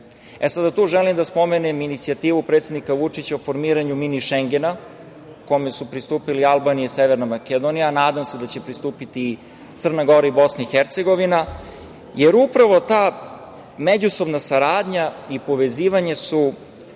EU.Sada tu želim da spomenem inicijativu predsednika Vučića o formiranju „mini šengena“, kome su pristupili Albanija i Severna Makedonija, a nadam se da će pristupiti i Crna Gora i Bosna i Hercegovina, jer upravo ta međusobna saradnja i povezivanje su